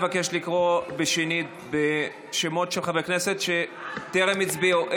אני מבקש לקרוא שנית בשמות חברי הכנסת שטרם הצביעו.